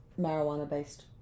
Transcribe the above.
marijuana-based